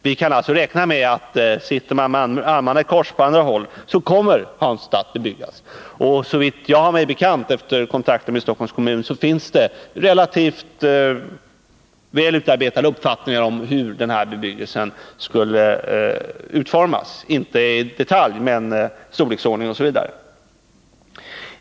Vi kan alltså räkna med, att sitter man med armarna i kors på andra håll, kommer Hansta att bebyggas. Såvitt jag har mig bekant efter kontakter med Stockholms kommun finns det relativt väl utarbetade planer på hur den bebyggelsen skall utformas — inte i detalj men beträffande storleksordning m.m.